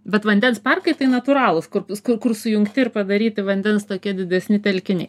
bet vandens parkai tai natūralūs kur kur kur sujungti ir padaryti vandens tokie didesni telkiniai